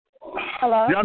Hello